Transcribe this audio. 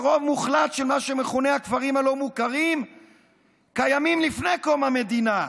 ורוב מוחלט של מה שמכונים הכפרים הלא-מוכרים קיימים לפני קום המדינה.